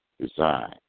design